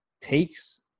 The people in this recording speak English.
takes